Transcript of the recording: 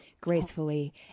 gracefully